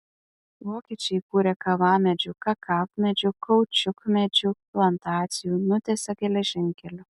vokiečiai įkūrė kavamedžių kakavmedžių kaučiukmedžių plantacijų nutiesė geležinkelių